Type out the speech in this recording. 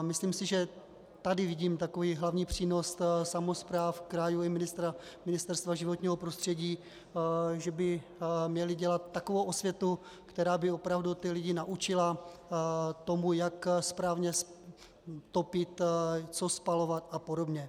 Myslím si, že tady vidím takový hlavní přínos samospráv, krajů i Ministerstva životního prostřední, že by měly dělat takovou osvětu, která by opravdu lidi naučila tomu, jak správně topit, co spalovat a podobně.